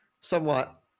Somewhat